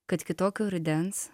kad kitokio rudens